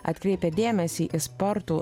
atkreipia dėmesį į spartų